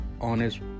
honest